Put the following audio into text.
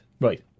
Right